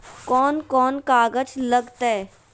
कौन कौन कागज लग तय?